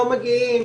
לא מגיעים,